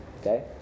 okay